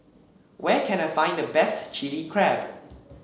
where can I find the best Chili Crab